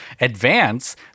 advance